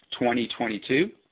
2022